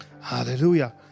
Hallelujah